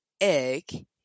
egg